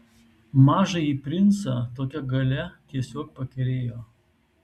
mažąjį princą tokia galia tiesiog pakerėjo